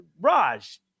Raj